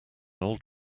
old